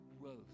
growth